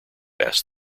asked